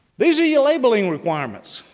these are your labeling requirements.